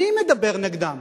אני מדבר נגדם.